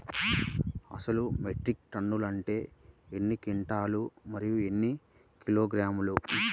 అసలు metric tonne అంటే ఎన్ని క్వింటాలు మరియు ఎన్ని కిలోగ్రాములు?